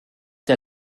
der